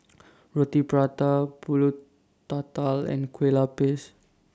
Roti Prata Pulut Tatal and Kueh Lapis